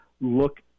look